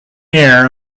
air